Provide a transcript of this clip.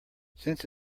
since